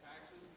Taxes